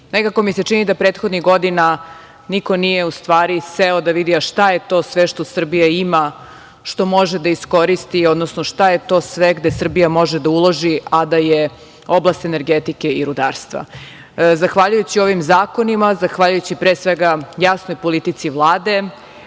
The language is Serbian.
mi se čini da prethodnih godina, niko nije u stvari seo da vidi, a šta je to sve što Srbija ima, što može da iskoristi, odnosno šta je to sve gde Srbija može da uloži a da je oblast energetike i rudarstva. Zahvaljujući ovim zakonima, zahvaljujući pre svega jasnoj politici Vlade,